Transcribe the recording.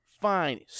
fine